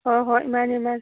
ꯍꯣꯏ ꯍꯣꯏ ꯃꯥꯟꯅꯤ ꯃꯥꯟꯅꯤ